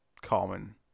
common